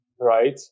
right